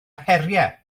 heriau